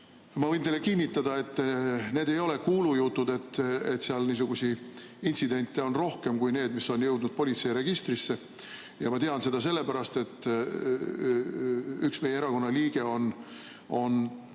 Ma võin teile kinnitada, et need ei ole kuulujutud. Seal on niisuguseid intsidente rohkem kui need, mis on jõudnud politsei registrisse. Ma tean seda sellepärast, et üks meie erakonna liikmeid